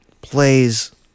plays